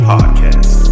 Podcast